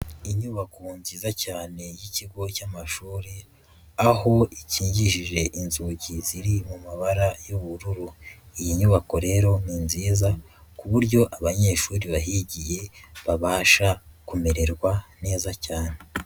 Inyubako nziza cyane y'ikigo cy'amashuri aho ikingishije inzugi ziri mu mabara y'ubururu, iyi nyubako rero ni nziza ku buryo abanyeshuri bahigiye babasha kumererwa neza cyane.